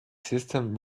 system